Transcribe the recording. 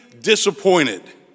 disappointed